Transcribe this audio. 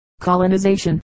colonization